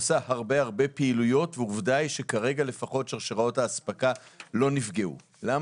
והיא עושה הרבה פעילויות שבעקבותיהן שרשראות האספקה לא נפגעו עד כה.